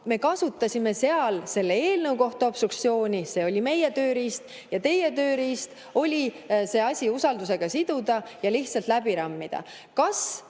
Me kasutasime selle eelnõu puhul obstruktsiooni, see oli meie tööriist. Teie tööriist oli see asi usaldusega siduda ja lihtsalt läbi rammida.